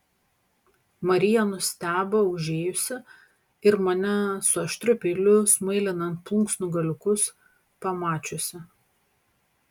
marija nustebo užėjusi ir mane su aštriu peiliu smailinant plunksnų galiukus pamačiusi